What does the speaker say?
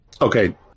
Okay